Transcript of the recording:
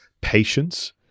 patience